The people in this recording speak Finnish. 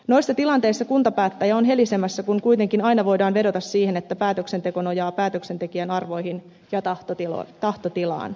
noissa tilanteissa kuntapäättäjä on helisemässä kun kuitenkin aina voidaan vedota siihen että päätöksenteko nojaa päätöksentekijän arvoihin ja tahtotilaan